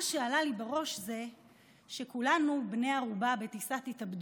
מה שעלה לי בראש הוא שכולנו בני ערובה בטיסת התאבדות.